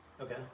Okay